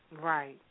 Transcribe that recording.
Right